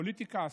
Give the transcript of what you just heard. פוליטיקה,